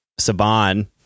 Saban